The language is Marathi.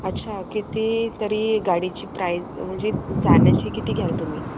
अच्छा किती तरी गाडीची प्राईस म्हणजे जाण्याची किती घ्याल तुम्ही